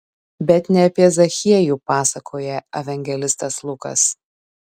bet ne apie zachiejų pasakoja evangelistas lukas